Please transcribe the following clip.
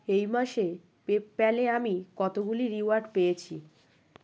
এই মাসে পেপ্যালে আমি কতগুলি রিওয়ার্ড পেয়েছি